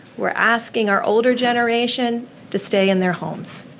we're asking our older generation to stay in their homes.